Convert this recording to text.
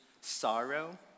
sorrow